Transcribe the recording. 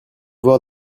voir